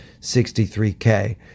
63K